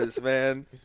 man